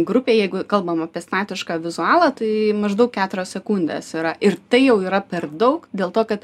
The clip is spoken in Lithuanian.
grupė jeigu kalbam apie statišką vizualą tai maždaug keturios sekundės yra ir tai jau yra per daug dėl to kad